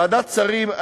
ועדת השרים,